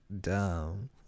dumb